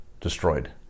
destroyed